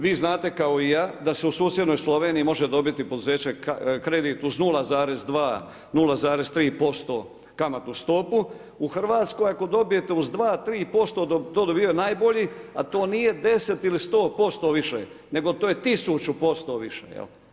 Vi znate kao i ja, da se u susjednoj Sloveniji može dobiti poduzeće kredit uz 0,2-0,3% kamatnu stopu, u RH ako dobijete uz 2-3%, to dobivaju najbolji, a to nije 10 ili 100% više, nego to je 1000% više, jel.